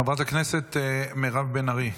חברת הכנסת מירב בן ארי,